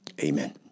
Amen